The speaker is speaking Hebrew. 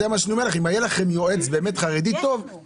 זה מה שאני אומר לך אם היה לכם יועץ חרדי טוב -- יש לנו.